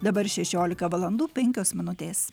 dabar šešiolika valandų penkios minutės